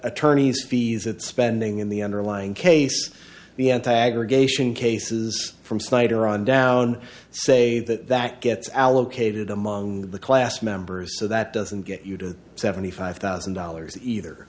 attorneys fees at spending in the underlying case the anti aggregation cases from slater on down say that that gets allocated among the class members so that doesn't get you to seventy five thousand dollars